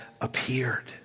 appeared